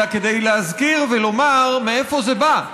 אלא כדי להזכיר ולומר מאיפה זה בא.